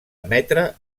emetre